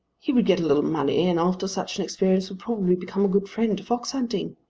he would get a little money and after such an experience would probably become a good friend to fox-hunting.